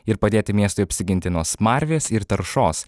ir padėti miestui apsiginti nuo smarvės ir taršos